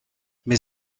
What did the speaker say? mais